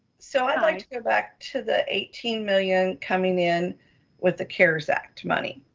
so i'd like to go back to the eighteen million coming in with the cares act money.